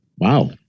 Wow